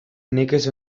nekez